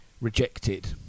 rejected